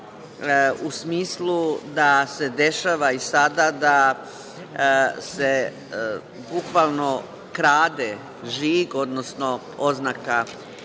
u smislu da se dešava i sada da se bukvalno krade žig, odnosno oznaka